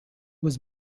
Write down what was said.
was